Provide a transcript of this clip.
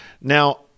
Now